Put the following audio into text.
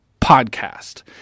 podcast